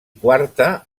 quarta